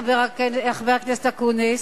חבר הכנסת אקוניס,